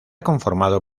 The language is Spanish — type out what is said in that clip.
conformado